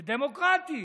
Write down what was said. דמוקרטית,